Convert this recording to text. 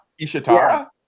Ishitara